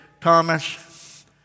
Thomas